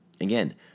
Again